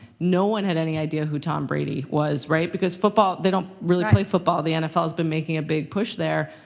no one had any idea who tom brady was, right? because they don't really play football. the nfl has been making a big push there,